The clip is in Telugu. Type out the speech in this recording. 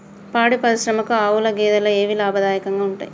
పాడి పరిశ్రమకు ఆవుల, గేదెల ఏవి లాభదాయకంగా ఉంటయ్?